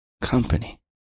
company